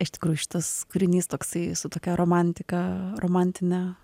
iš tikrųjų šitas kūrinys toksai su tokia romantika romantine